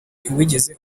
ntiwigeze